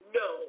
no